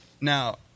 Now